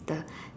the